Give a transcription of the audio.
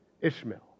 Ishmael